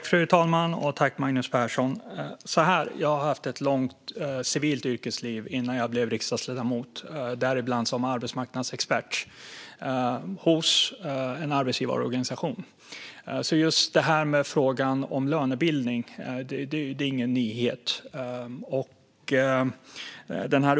Fru talman! Jag har haft ett långt civilt yrkesliv innan jag blev riksdagsledamot, bland annat som arbetsmarknadsexpert hos en arbetsgivarorganisation. Just frågan om lönebildning är alltså ingen nyhet.